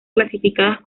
clasificadas